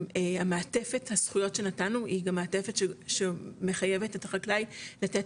המעטפת הזכויות שנתנו היא גם מעטפת שמחייבת את החקלאי לתת